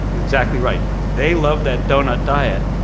exactly right. they love that doughnut diet.